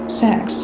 sex